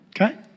Okay